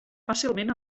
fàcilment